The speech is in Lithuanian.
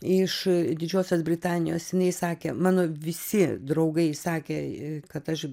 iš didžiosios britanijos jinai sakė mano visi draugai sakė kad aš